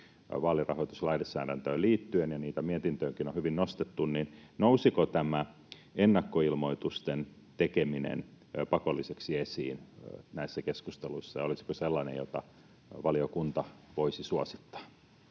vaalirahoituslainsäädäntöön liittyen ja niitä mietintöönkin on hyvin nostettu, niin nousiko tämä ennakkoilmoitusten tekeminen pakolliseksi esiin näissä keskusteluissa ja olisiko se sellainen, jota valiokunta voisi suosittaa.